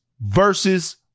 versus